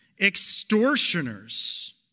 extortioners